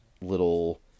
little